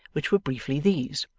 which were briefly these.